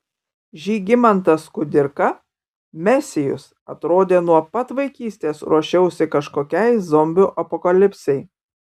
žygimantas kudirka mesijus atrodė nuo pat vaikystės ruošiausi kažkokiai zombių apokalipsei